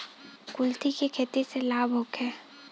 कुलथी के खेती से लाभ होखे?